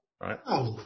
Right